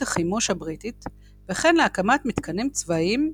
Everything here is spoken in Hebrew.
החימוש הבריטית וכן להקמת מתקנים צבאיים,